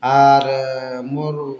ଆର୍ ମୋର